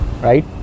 Right